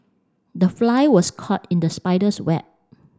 the fly was caught in the spider's web